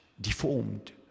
deformed